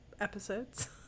episodes